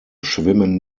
schwimmen